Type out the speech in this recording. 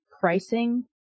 pricing